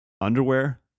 underwear